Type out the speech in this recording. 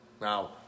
Now